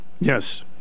Yes